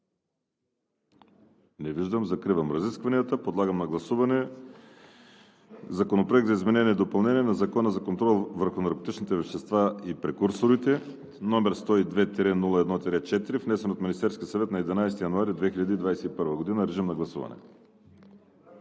Не виждам. Закривам разискванията. Подлагам на гласуване Законопроект за изменение и допълнение на Закона за контрол върху наркотичните вещества и прекурсорите, № 102-01-4, внесен от Министерския съвет на 11 януари 2021 г. Гласували